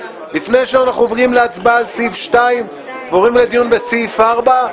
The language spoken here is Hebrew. לפני שאנחנו עוברים להצבעה על סעיף 2 ועוברים לדיון בסעיף 4,